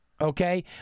Okay